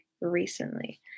recently